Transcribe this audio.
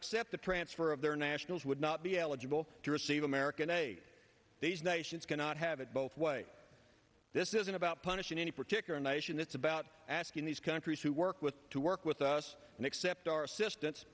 accept the transfer of their nationals would not be eligible to receive american aid these nations cannot have it both ways this isn't about punishing any particular nation it's about asking these countries who work with to work with us and accept our